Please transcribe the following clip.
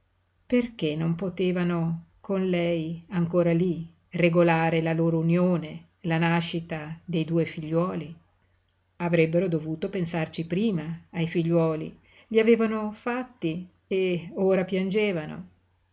perché non potevano con lei ancora lí regolare la loro unione la nascita dei due figliuoli avrebbero dovuto pensarci prima ai figliuoli li avevano fatti e ora piangevano